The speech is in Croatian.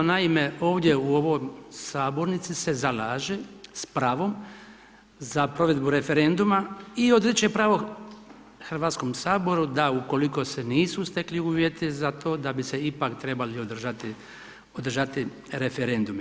Naime, ovdje u ovoj sabornici se zalaže s pravom za provedbu referenduma i odriče pravo HS-u da ukoliko se nisu stekli uvjeti za to, da bi se ipak trebali održati referendumi.